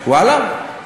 ואללה?